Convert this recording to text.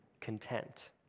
content